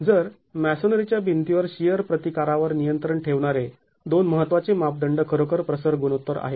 जर मॅसोनरीच्या भिंतीवर शिअर प्रतिकारावर नियंत्रण ठेवणारे दोन महत्त्वाचे मापदंड खरोखर प्रसर गुणोत्तर आहेत